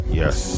yes